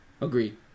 Agreed